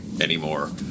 anymore